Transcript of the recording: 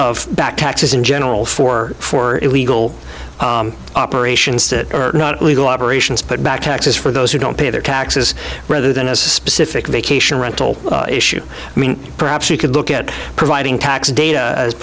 of back taxes in general for for illegal operations to or not illegal operations put back taxes for those who don't pay their taxes rather than as a specific vacation rental issue perhaps you could look at providing tax data as